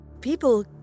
people